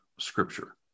scripture